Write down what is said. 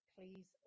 Please